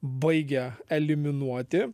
baigia eliminuoti